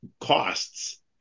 costs